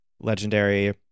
Legendary